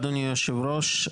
אדוני היושב-ראש,